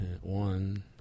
one